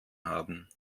haben